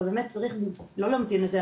אבל באמת צריך לא להמתין לזה,